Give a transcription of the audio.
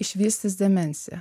išvystys demenciją